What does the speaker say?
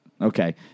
okay